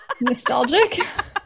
nostalgic